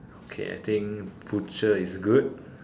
okay I think butcher is good